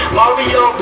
Mario